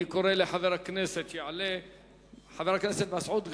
אני קורא לחבר הכנסת מסעוד גנאים.